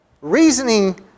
reasoning